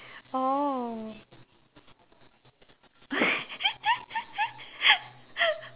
oh